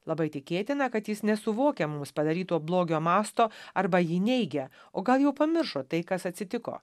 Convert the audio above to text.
labai tikėtina kad jis nesuvokia mums padaryto blogio masto arba jį neigia o gal jau pamiršo tai kas atsitiko